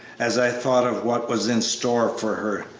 as i thought of what was in store for her,